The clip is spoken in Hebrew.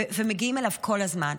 ומגיעים אליו כל הזמן,